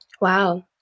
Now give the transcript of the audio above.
Wow